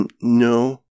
No